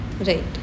Right